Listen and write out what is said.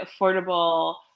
affordable